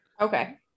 okay